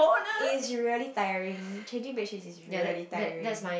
is really tiring changing bed sheet is really tiring